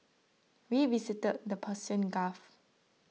we visited the Persian Gulf